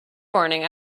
morning